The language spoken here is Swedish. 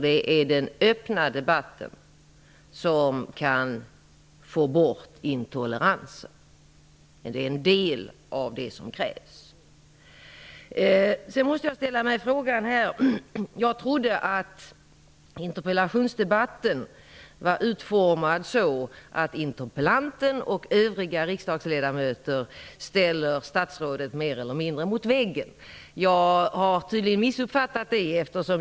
Det är den öppna debatten som kan få bort intoleransen. Den är en del av det som krävs. Sedan ställer jag mig frågande här. Jag trodde att interpellationsdebatten var utformad så att interpeIlanten och övriga riksdagsledamöter mer eIler mindre ställde statsrådet mot väggen. Jag har tydligen missuppfattat det.